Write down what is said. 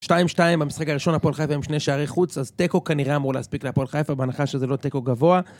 2-2 במשחק הראשון, הפועל חיפה עם שני שערי חוץ, אז תיקו כנראה אמור להספיק להפועל חיפה, בהנחה שזה לא תיקו גבוה.